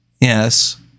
Yes